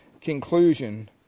conclusion